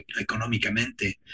económicamente